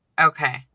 Okay